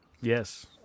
Yes